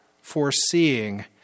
foreseeing